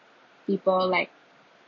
people like